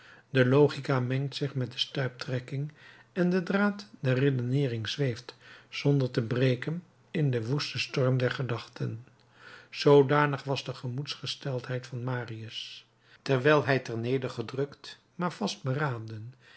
de logica mengt zich met de stuiptrekking en de draad der redeneering zweeft zonder te breken in den woesten storm der gedachten zoodanig was de gemoedsgesteldheid van marius terwijl hij ternedergedrukt maar vastberaden